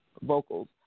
vocals